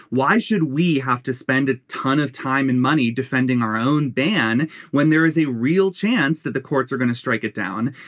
why should we have to spend a ton of time and money defending our own ban when there is a real chance that the courts are going to strike it down.